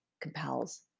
compels